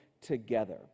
together